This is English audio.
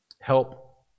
help